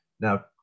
Now